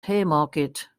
haymarket